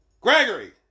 Gregory